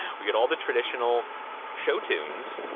we get all the traditional show tunes.